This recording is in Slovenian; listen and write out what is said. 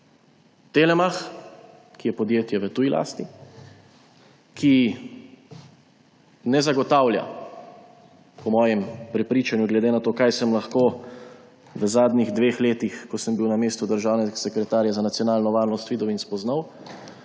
Telemach je podjetje v tuji lasti, ki ne zagotavlja po mojem prepričanju, glede na to, kaj sem lahko v zadnjih dveh letih, ko sem bil na mestu državnega sekretarja za nacionalno varnost videl in spoznal,